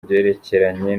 byerekeranye